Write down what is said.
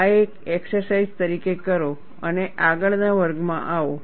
આ એક એક્સરસાઈઝ તરીકે કરો અને આગળના વર્ગમાં આવો